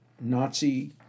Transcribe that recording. Nazi